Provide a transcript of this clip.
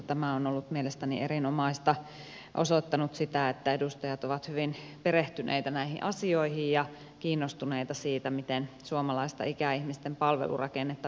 tämä on ollut mielestäni erinomaista ja osoittanut sen että edustajat ovat hyvin perehtyneitä näihin asioihin ja kiinnostuneita siitä miten suomalaista ikäihmisten palvelurakennetta viedään eteenpäin